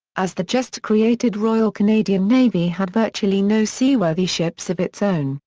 as the just-created royal canadian navy had virtually no seaworthy ships of its own,